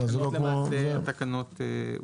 למעשה התקנות אושרו.